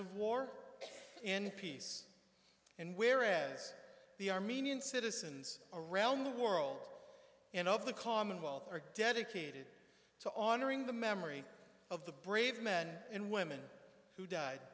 of war and peace and whereas the armenian citizens around the world and of the commonwealth are dedicated to honoring the memory of the brave men and women who died